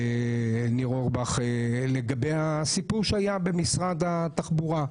עם הסיפור שהיה במשרד התחבורה.